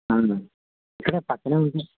అవునా ఇక్కడే పక్కనే ఉంది